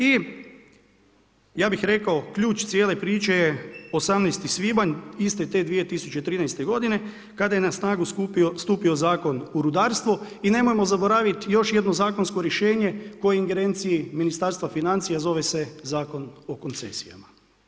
I ja bih rekao ključ cijele priče je 18.5. iste te 2013. g. kada je na snagu stupio Zakon o rudarstvu i nemojmo zaboraviti još jedno zakonsko rješenje po ingerenciji Ministarstva financiji, zove se Zakon o koncesijama.